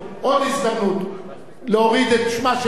חתיכת מחבל, חתיכת מחבל.